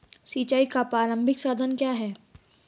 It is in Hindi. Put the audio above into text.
सिंचाई का प्रारंभिक साधन क्या है?